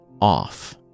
off